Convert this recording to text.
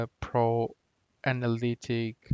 pro-analytic